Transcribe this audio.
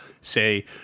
say